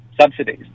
subsidies